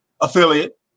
affiliate